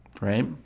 right